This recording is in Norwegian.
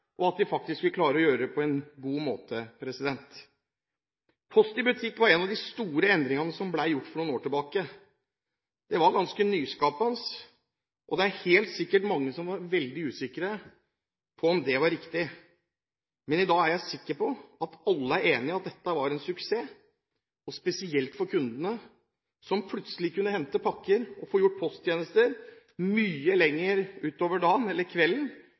og at de faktisk vil klare å gjøre det på en god måte. Post i Butikk var en av de store endringene som ble gjort for noen år tilbake. Det var ganske nyskapende, og det var helt sikkert mange som var veldig usikre på om det var riktig. I dag er jeg sikker på at alle er enige om at det var en suksess, og spesielt for kundene, som plutselig kunne hente pakker og få gjort posttjenester mye lenger utover dagen eller kvelden